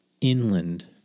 inland